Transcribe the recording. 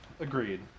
Agreed